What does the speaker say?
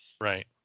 Right